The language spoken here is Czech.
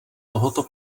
tohoto